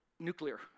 nuclear